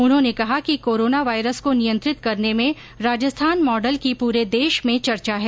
उन्होंने कहा कि कोरोना वायरस को नियंत्रित करने में े राजस्थान मॉडल की पूरे देश में चर्चा है